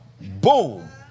Boom